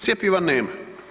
Cjepiva nema.